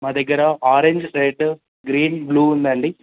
మా దగ్గర orange red green blue ఉందండి